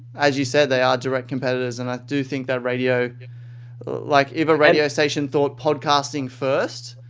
as you said, they are direct competitors. and i do think that radio like if a radio station thought podcasting first,